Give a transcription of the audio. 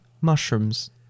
mushrooms